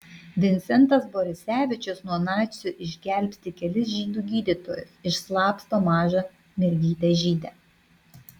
vincentas borisevičius nuo nacių išgelbsti kelis žydų gydytojus išslapsto mažą mergytę žydę